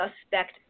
suspect